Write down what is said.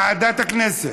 ועדת כנסת?